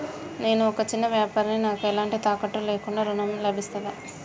నేను ఒక చిన్న వ్యాపారిని నాకు ఎలాంటి తాకట్టు లేకుండా ఋణం లభిస్తదా?